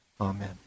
Amen